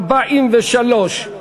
43(3)